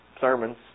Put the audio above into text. sermons